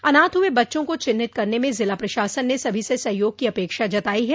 अनाथ हुए बच्चों को चिह्नित करने में जिला प्रशासन ने सभी से सहयोग की अपेक्षा जताई है